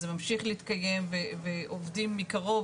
אז זה ממשיך להתקיים ועובדים מקרוב,